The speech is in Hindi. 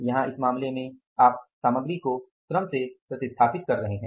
यहां इस मामले में आप सामग्री को श्रम से प्रतिस्थापित कर रहे है